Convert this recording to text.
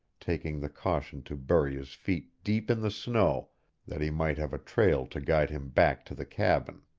taking the caution to bury his feet deep in the snow that he might have a trail to guide him back to the cabin.